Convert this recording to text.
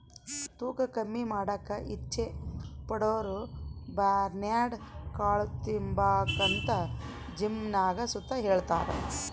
ತೂಕ ಕಮ್ಮಿ ಮಾಡಾಕ ಇಚ್ಚೆ ಪಡೋರುಬರ್ನ್ಯಾಡ್ ಕಾಳು ತಿಂಬಾಕಂತ ಜಿಮ್ನಾಗ್ ಸುತ ಹೆಳ್ತಾರ